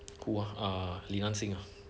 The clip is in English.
who ah ah li nanxing ah